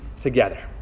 together